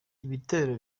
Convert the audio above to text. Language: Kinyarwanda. ibitero